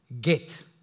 get